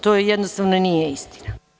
To jednostavno nije istina.